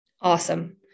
awesome